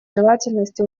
желательности